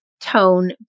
tone